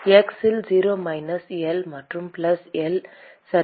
x இல் 0 minus L மற்றும் plus L சரி